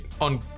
on